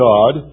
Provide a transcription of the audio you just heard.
God